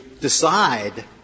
decide